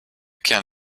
can